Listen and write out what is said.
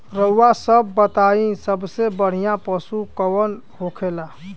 रउआ सभ बताई सबसे बढ़ियां पशु कवन होखेला?